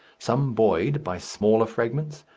some buoyed by smaller fragments,